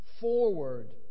forward